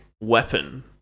weapon